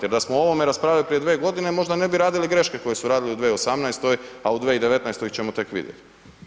Jer da smo o ovome raspravljali prije dvije godine možda ne bi radili greške koje su radili u 2018., a u 2019. ćemo tek vidjeti.